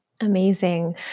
Amazing